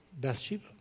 Bathsheba